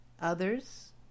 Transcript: others